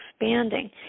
expanding